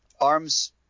arms